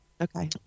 Okay